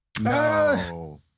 No